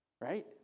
Right